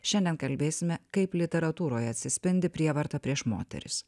šiandien kalbėsime kaip literatūroje atsispindi prievarta prieš moteris